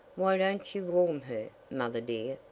why don't you warm her, mother dear,